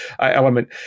element